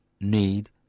need